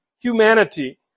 humanity